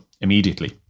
immediately